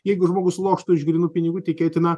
jeigu žmogus loštų iš grynų pinigų tikėtina